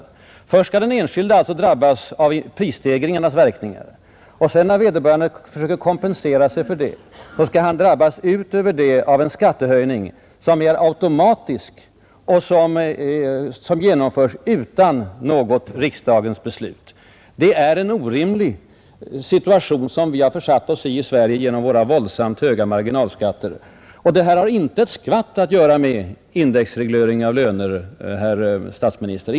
Som det nu är skall alltså den enskilde först drabbas av prisstegringarnas verkningar och sedan, när han försöker kompensera sig därför, skall han därutöver drabbas av en skattehöjning som är automatisk och som genomförs utan något riksdagens beslut. Det är en orimlig konstruktion som vi har här i Sverige och den beror på våra våldsamt höga marginalskatter. Detta har inte ett skvatt att göra med indexreglering av löner, herr statsminister!